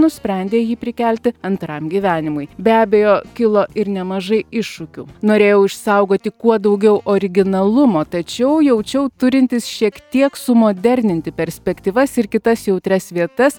nusprendė jį prikelti antram gyvenimui be abejo kilo ir nemažai iššūkių norėjau išsaugoti kuo daugiau originalumo tačiau jaučiau turintis šiek tiek sumoderninti perspektyvas ir kitas jautrias vietas